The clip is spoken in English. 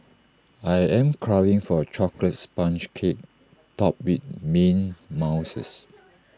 I am craving for A Chocolate Sponge Cake Topped with mint mouses